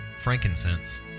frankincense